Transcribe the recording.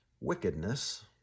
wickedness